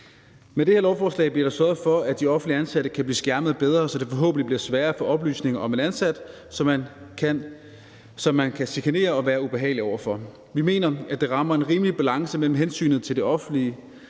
Med det her lovforslag bliver der sørget for, at de offentligt ansatte kan blive skærmet bedre, så det forhåbentlig bliver sværere at få oplysninger om en ansat, som man kan chikanere og være ubehagelig over for. Vi mener, at det rammer en rimelig balance mellem hensynet til den offentligt